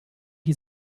die